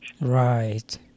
Right